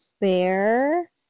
Bear